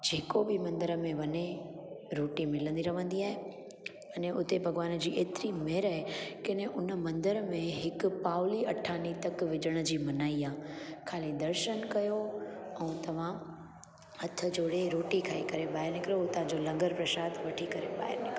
जेको बि मंदर में वञे रोटी मिलंदी रहंदी आहे मने हुते भॻवान जी एतिरी महिर आहे की हुन मंदर में हिक पावली अठानी तक विझण जी मनाई आहे ख़ाली दर्शनु कयो ऐं तमामु हथ जोड़े रोटी खाई करे ॿाहिरि निकिरो हुतां जो लंगर प्रशाद वठी करे ॿाहिरि निकिरो